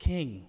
King